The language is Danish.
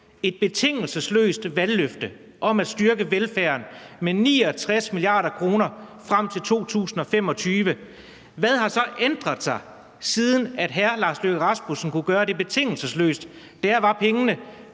et betingelsesløst valgløfte om at styrke velfærden med 69 mia. kr. frem til 2025. Hvad har ændret sig, siden hr. Lars Løkke Rasmussen kunne give det betingelsesløse løfte? Pengene